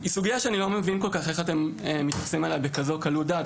היא סוגיה שאני לא מבין כל כך איך אתם מתייחסים אליה בכזו קלות דעת.